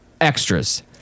extras